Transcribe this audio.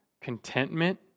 contentment